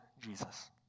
Jesus